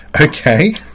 okay